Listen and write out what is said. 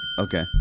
okay